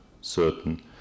certain